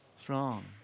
strong